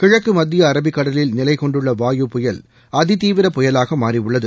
கிழக்கு மத்திய அரபிக்கடலில் நிலைகொண்டுள்ள வாயு புயல் அதி தீவிர புயலாக மாறியுள்ளது